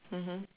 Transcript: mmhmm